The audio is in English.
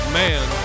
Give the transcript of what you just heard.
man